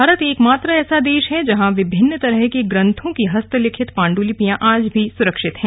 भारत एकमात्र ऐसा देश है जहां विभिन्न तरह के ग्रंथों की हस्तलिखित पांडलिपियां आज भी सुरक्षित हैं